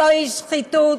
זוהי שחיתות,